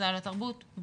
אז זה על התרבות ובכלל.